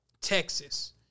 Texas